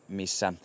missä